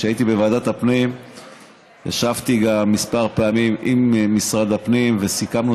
כשהייתי בוועדת הפנים ישבתי גם כמה פעמים עם משרד הפנים וסיכמנו